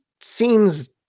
seems